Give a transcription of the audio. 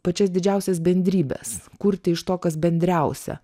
pačias didžiausias bendrybes kurti iš to kas bendriausia